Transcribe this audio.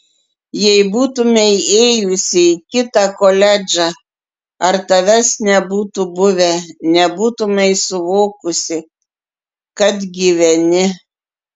jei būtumei ėjusi į kitą koledžą ar tavęs nebūtų buvę nebūtumei suvokusi kad gyveni